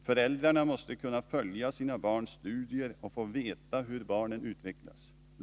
Föräldrarna måste kunna följa sina barns studier och veta hur barnen utvecklas.